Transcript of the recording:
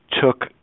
took